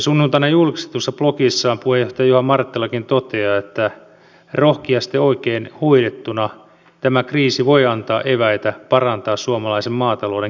sunnuntaina julkistetussa blogissaan puheenjohtaja juha marttilakin toteaa että rohkeasti oikein hoidettuna tämä kriisi voi antaa eväitä parantaa suomalaisen maatalouden kilpailukykyä